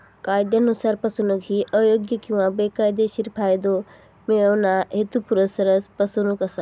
कायदयानुसार, फसवणूक ही अयोग्य किंवा बेकायदेशीर फायदो मिळवणा, हेतुपुरस्सर फसवणूक असा